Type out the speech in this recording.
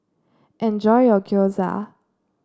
enjoy your Gyoza